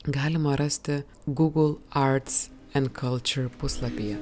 galima rasti google arts and culture puslapyje